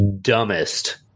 dumbest